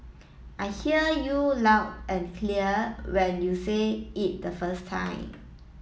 I hear you loud and clear when you say it the first time